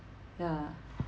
ya